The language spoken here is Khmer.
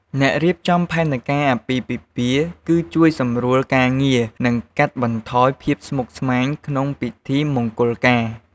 អ្នករៀបចំផែនការអាពាហ៍ពិពាហ៍ គឹជួយសម្រួលការងារ និងកាត់បន្ថយភាពស្មុគស្មាញវក្នុងពិធីមង្គលការ។